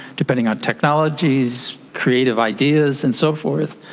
depending on technologies, creative ideas and so forth,